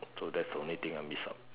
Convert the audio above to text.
so that's the only thing I miss out